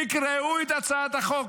תקראו את הצעת החוק.